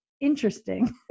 interesting